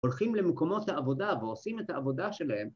‫הולכים למקומות העבודה ‫ועושים את העבודה שלהם.